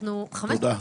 הישיבה נעולה.